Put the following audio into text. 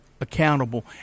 accountable